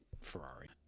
Ferrari